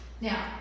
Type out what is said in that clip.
Now